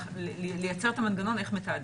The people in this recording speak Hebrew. לייצר את המנגנון איך מתעדים.